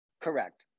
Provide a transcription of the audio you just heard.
Correct